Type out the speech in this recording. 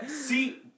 see